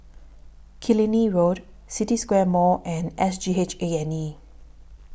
Killiney Road City Square Mall and S G H A and E